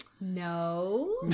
No